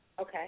Okay